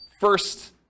first